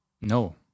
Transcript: No